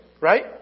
Right